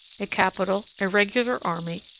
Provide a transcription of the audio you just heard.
a capital, a regular army,